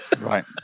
Right